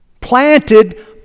Planted